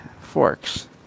Forks